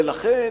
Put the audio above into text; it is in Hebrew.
ולכן,